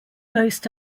most